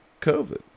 COVID